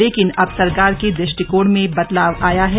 लेकिन अब सरकार के दृष्टिकोण में बदलाव आया है